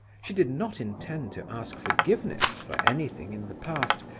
she did not intend to ask forgiveness for anything in the past,